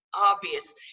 obvious